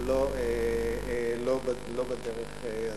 אבל לא בדרך הזאת.